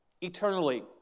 eternally